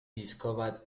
discovered